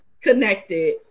connected